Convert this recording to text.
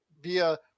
via